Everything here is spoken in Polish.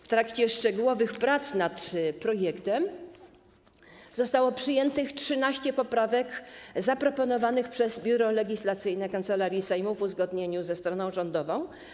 W trakcie szczegółowych prac nad projektem zostało przyjętych 13 poprawek zaproponowanych przez Biuro Legislacyjne Kancelarii Sejmu w uzgodnieniu ze stroną rządową.